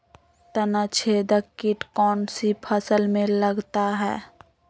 तनाछेदक किट कौन सी फसल में लगता है?